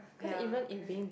ya correct